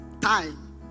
time